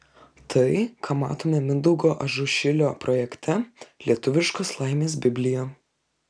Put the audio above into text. tai ką matome mindaugo ažušilio projekte lietuviškos laimės biblija